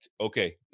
okay